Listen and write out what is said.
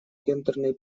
гендерной